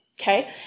okay